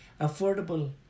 affordable